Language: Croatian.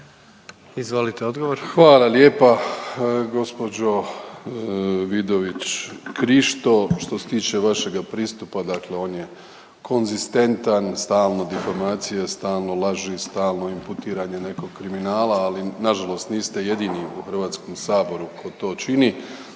Hvala lijepa gđo Vidović Krišto. Što se tiče vašega pristupa, dakle on je konzistentan, stalno difamacija, stalno laži, stalno imputiranje nekog kriminala, ali nažalost niste jedini u HS-u tko to čini,